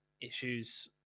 issues